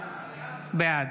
בעד